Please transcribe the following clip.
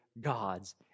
God's